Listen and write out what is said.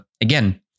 again